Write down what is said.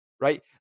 right